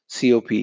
COP